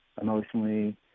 emotionally